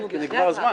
כן, כי נגמר הזמן.